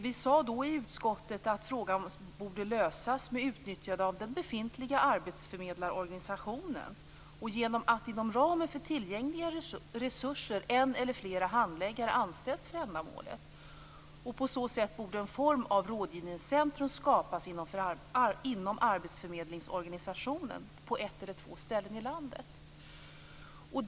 Vi sade då i utskottet att frågan borde lösas med utnyttjande av den befintliga arbetsförmedlingsorganisationen och genom att inom ramen för tillgängliga resurser en eller flera handläggare anställs för ändamålet. På så sätt borde en form av rådgivningscentrum skapas inom arbetsförmedlingsorganisationen på ett eller två ställen i landet.